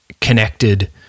connected